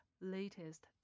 latest